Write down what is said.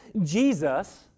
Jesus